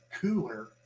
cooler